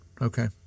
okay